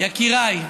יקיריי,